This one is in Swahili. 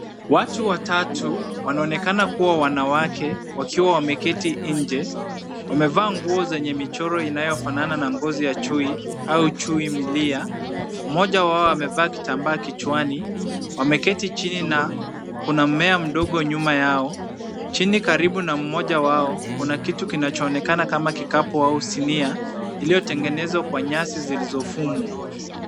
Watu watatu, wanaonekana kuwa wanawake wakiwa wameketi nje. Wamevaa nguo zenye michoro inayofanana na ngozi ya chui au chui milia. Mmoja wao amevaa kitambaa kichwani. Wameketi chini na kuna mmea mdogo nyuma yao. Chini karibu na mmoja wao, kuna kitu kinachoonekana kama kikapu au sinia, iliyotengenezwa kwa nyasi zilizofumwa.